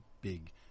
big